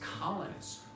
colonists